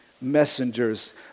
messengers